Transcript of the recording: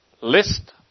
list